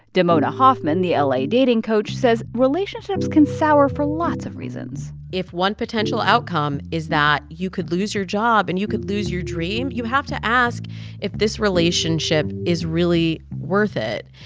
damona hoffman, the ah la dating coach, says relationships can sour for lots of reasons if one potential outcome is that you could lose your job and you could lose your dream, you have to ask if this relationship is really worth it.